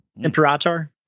Imperator